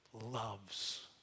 Loves